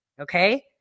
Okay